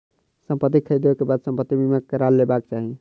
संपत्ति ख़रीदै के बाद संपत्ति बीमा करा लेबाक चाही